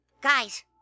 Guys